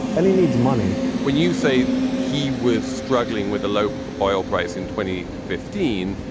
and he needs money when you say he was struggling with the low oil price in twenty fifteen,